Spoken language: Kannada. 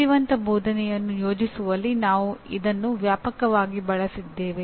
ಬುದ್ಧಿವಂತ ಬೋಧನೆಯನ್ನು ಯೋಜಿಸುವಲ್ಲಿ ನಾವು ಇದನ್ನು ವ್ಯಾಪಕವಾಗಿ ಬಳಸಿದ್ದೇವೆ